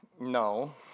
No